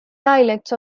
dialects